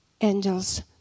angels